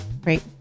Great